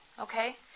okay